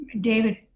David